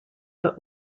but